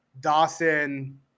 dawson